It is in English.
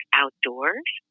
outdoors